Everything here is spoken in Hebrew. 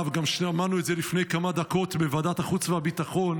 שמענו את זה לפני כמה דקות בוועדת החוץ והביטחון,